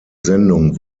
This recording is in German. sendung